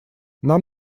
нам